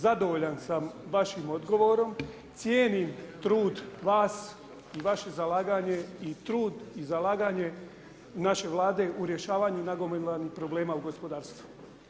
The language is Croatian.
Zadovoljan sam vašim odgovorom, cijenim trud vas i vaše zalaganje, i trud i zalaganje naše Vlade u rješavanju nagomilanih problema u gospodarstvu.